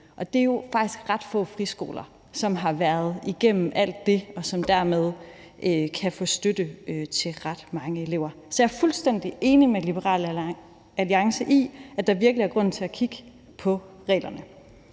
og det er jo faktisk ret få friskoler, som har været igennem alt det, og som dermed kan få støtte til mange elever. Så jeg er fuldstændig enig med Liberal Alliance i, at der virkelig er grund til at kigge på reglerne,